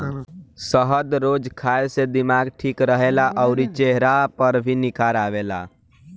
शहद रोज खाए से दिमाग ठीक रहेला अउरी चेहरा पर भी निखार आवेला